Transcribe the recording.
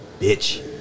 bitch